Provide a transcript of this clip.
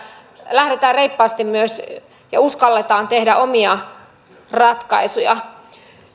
lähdetään reippaasti myös ja uskalletaan tehdä omia ratkaisuja